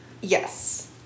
Yes